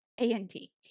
a-n-t